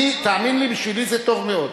אני, תאמין לי, בשבילי זה טוב מאוד.